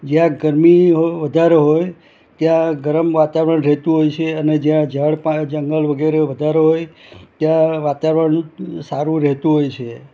જ્યાં ગરમી વધારે હોય ત્યાં ગરમ વાતાવરણ રહેતું હોય છે અને જ્યાં ઝાડપાન જંગલ વગેરે વધારે હોય ત્યાં વાતાવરણ સારું રહેતું હોય છે